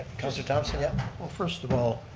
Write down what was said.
councillor thomsen, yep. well first of all,